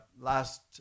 last